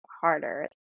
harder